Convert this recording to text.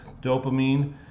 dopamine